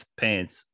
pants